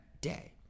day